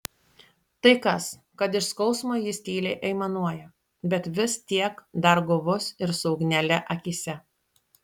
tai kas kad iš skausmo jis tyliai aimanuoja bet vis tiek dar guvus ir su ugnele akyse